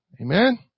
Amen